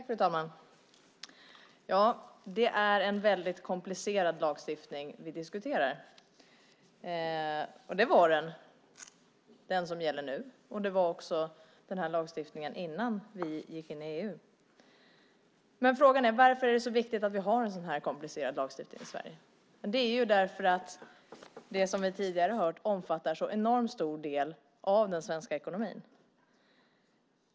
Fru talman! Det är en komplicerad lagstiftning vi diskuterar. Den som gäller nu är komplicerad, och den lagstiftning vi hade innan vi gick in i EU var också komplicerad. Frågan är varför det är så viktigt att vi har en så här komplicerad lagstiftning i Sverige. Det beror på att detta, som vi tidigare har hört, omfattar en så enormt stor del av den svenska ekonomin.